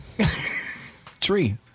tree